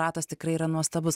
ratas tikrai yra nuostabus